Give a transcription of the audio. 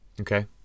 Okay